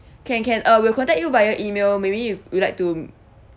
can can uh we'll contact you via email maybe we like to